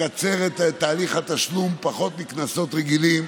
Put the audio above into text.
לקצר את תהליך התשלום, פחות מקנסות רגילים.